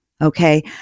okay